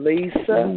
Lisa